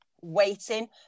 waiting